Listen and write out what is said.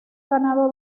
ganado